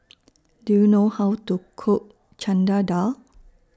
Do YOU know How to Cook Dal